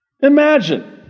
Imagine